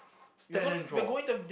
stand and draw